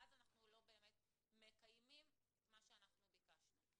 ואז אנחנו לא באמת מקיימים את מה שאנחנו ביקשנו.